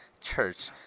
church